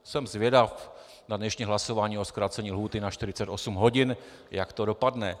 Jsem zvědav na dnešní hlasování o zkrácení lhůty na 48 hodin, jak to dopadne.